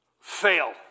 Fail